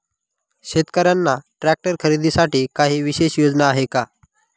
शेतकऱ्यांना ट्रॅक्टर खरीदीसाठी काही विशेष योजना आहे का?